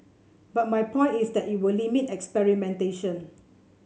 but my point is that it will limit experimentation